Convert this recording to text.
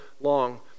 long